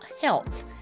health